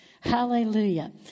Hallelujah